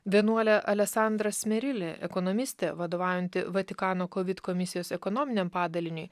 vienuolė aleksandra smerili ekonomistė vadovaujanti vatikano kovid komisijos ekonominiam padaliniui